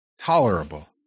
tolerable